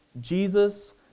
Jesus